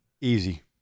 Easy